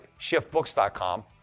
shiftbooks.com